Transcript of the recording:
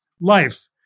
life